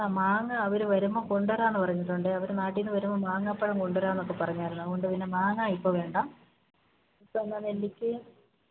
ആ മാങ്ങ അവർ വരുമ്പം കൊണ്ടുവരാമെന്ന് പറഞ്ഞിട്ടുണ്ട് അവർ നാട്ടിൽ നിന്ന് വരുമ്പം മാങ്ങാപ്പഴം കൊണ്ടുവരാമെന്ന് പറഞ്ഞായിരുന്നു അതുകൊണ്ട് പിന്നെ മാങ്ങാ ഇപ്പം വേണ്ട ഇപ്പം എന്നാ നെല്ലിക്കയും